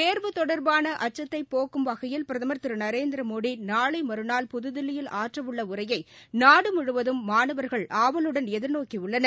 தேர்வு தொடர்பான அச்சத்தை போக்கும் வகையில் பிரதமர் திரு நரேந்திரமோடி நாளை மறுநாள் புத்தில்லியில் ஆற்ற உள்ள உரையை நாடு முழுவதும் மாணவர்கள் ஆவலுடன் எதிர்நோக்கி உள்ளனர்